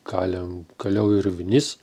kalėm kaliau ir vinis